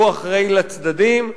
הוא אחראי לצדדים.